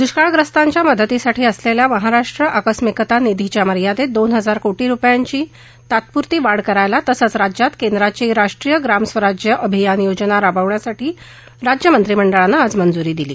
दुष्काळग्रस्तांच्या मदतीसाठी असलेल्या महाराष्ट्र आकस्मिकता निधीच्या मर्यादेत दोन हजार कोटी रुपयांची तात्पुरती वाढ करायला तसंच राज्यात केंद्राची राष्ट्रीय ग्राम स्वराज अभियान योजना राबवण्यासाठी मंत्रीमंडळाने आज मंजूरी दिली